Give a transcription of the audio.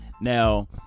now